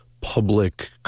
public